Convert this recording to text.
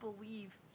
believe